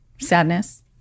Sadness